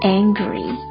angry